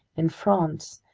in france,